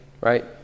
right